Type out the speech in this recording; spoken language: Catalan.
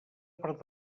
part